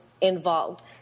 involved